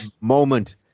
moment